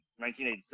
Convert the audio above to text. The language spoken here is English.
1986